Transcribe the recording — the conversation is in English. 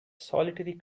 solitary